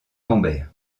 lambert